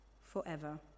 forever